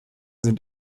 sind